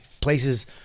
places